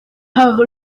par